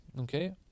Okay